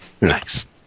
Nice